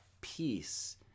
peace